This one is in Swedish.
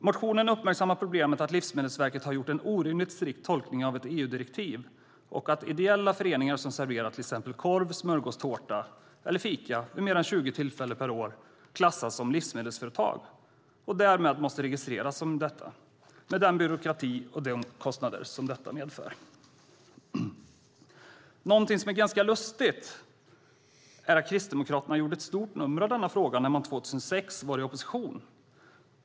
Motionen uppmärksammar problemet att Livsmedelsverket har gjort en orimligt strikt tolkning av ett EU-direktiv och att ideella föreningar som serverar till exempel korv, smörgås, tårta eller fika vid mer än 20 tillfällen per år klassas som livsmedelsföretag och därmed måste registreras som det med den byråkrati och de kostnader som detta medför. Något som är ganska lustigt är att Kristdemokraterna gjorde ett stort nummer av denna fråga när man 2006 var i opposition.